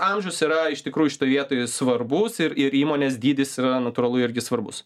amžius yra iš tikrųjų šitoje vietoje svarbus ir ir įmonės dydis yra natūralu irgi svarbus